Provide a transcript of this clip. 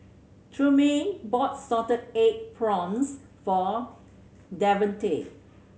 Trumaine bought salted egg prawns for Devontae